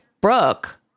Brooke